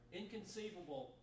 inconceivable